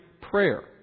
prayer